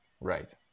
Right